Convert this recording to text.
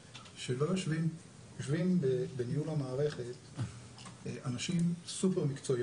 יושבים בניהול המערכת אנשים סופר מקצועיים,